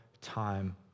time